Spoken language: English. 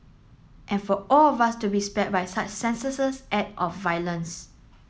and for all of us to be spared by such senseless act of violence